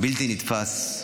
בלתי נתפס.